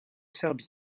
serbie